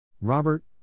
Robert